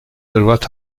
hırvat